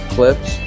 Clips